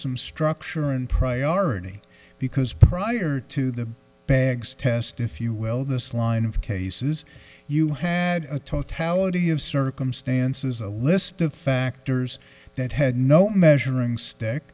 some structure and priority because prior to the bags test if you will this line of cases you had a totality of circumstances a list of factors that had no measuring stick